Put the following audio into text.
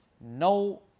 No